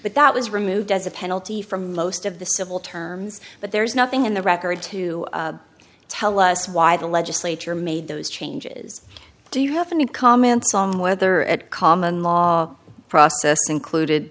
but that was removed as a penalty for most of the civil terms but there's nothing in the record to tell us why the legislature made those changes do you have any comments on whether at common law process included